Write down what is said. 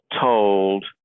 told